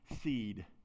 seed